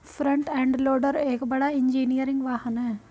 front end loader एक बड़ा engineering वाहन है